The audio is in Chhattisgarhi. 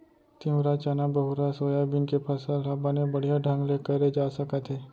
तिंवरा, चना, बहुरा, सोयाबीन के फसल ह बने बड़िहा ढंग ले करे जा सकत हे